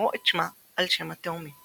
ולקרוא את שמה על שם התאומים.